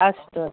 अस्तु